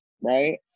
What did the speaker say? right